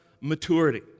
maturity